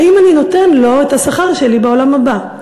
האם אני נותן לו את השכר שלי בעולם הבא?